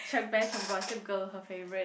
Chuck-Bass from Gossip Girl her favourite